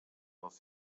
dels